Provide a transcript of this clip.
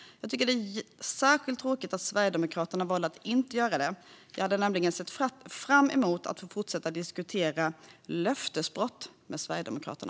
Jag tycker att det är särskilt tråkigt att Sverigedemokraterna valde att inte göra det; jag hade nämligen sett fram emot att få fortsätta diskutera löftesbrott med Sverigedemokraterna.